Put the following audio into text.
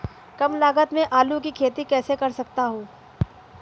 कम लागत में आलू की खेती कैसे कर सकता हूँ?